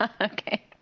Okay